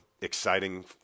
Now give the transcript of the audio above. exciting